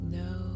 no